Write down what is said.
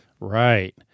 Right